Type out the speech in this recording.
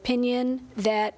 opinion that